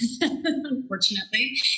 unfortunately